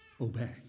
obey